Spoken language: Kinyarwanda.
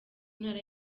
ntara